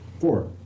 Four